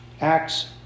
Acts